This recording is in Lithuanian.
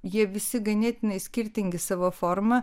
jie visi ganėtinai skirtingi savo forma